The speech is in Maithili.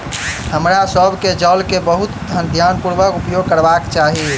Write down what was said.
हमरा सभ के जल के बहुत ध्यानपूर्वक उपयोग करबाक चाही